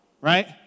Right